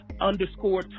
underscore